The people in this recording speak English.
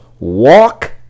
walk